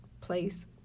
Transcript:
place